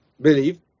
believe